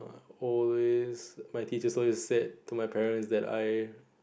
always my teachers always said to my parents that I